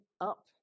up